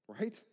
right